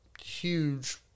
huge